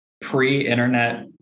pre-internet